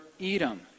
Edom